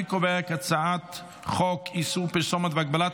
אני קובע כי הצעת חוק איסור פרסומת והגבלת